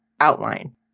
outline